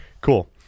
Cool